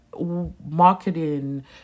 marketing